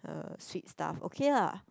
um sweet stuff okay lah